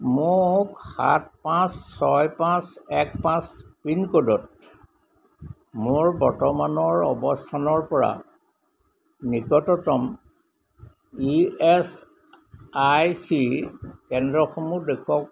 মোক সাত পাঁচ ছয় পাঁচ এক পাঁচ পিনক'ডত মোৰ বৰ্তমানৰ অৱস্থানৰ পৰা নিকটতম ই এচ আই চি কেন্দ্ৰসমূহ দেখুৱাওক